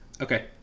Okay